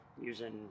using